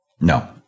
No